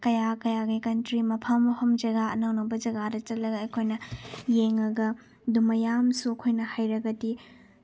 ꯀꯌꯥ ꯀꯌꯥꯒꯤ ꯀꯟꯇ꯭ꯔꯤ ꯃꯐꯝ ꯃꯐꯝ ꯖꯒꯥ ꯑꯅꯧ ꯑꯅꯧꯕ ꯖꯒꯥꯗ ꯆꯠꯂꯒ ꯑꯩꯈꯣꯏꯅ ꯌꯦꯡꯉꯒ ꯑꯗꯨ ꯃꯌꯥꯝꯁꯨ ꯑꯩꯈꯣꯏꯅ ꯍꯩꯔꯒꯗꯤ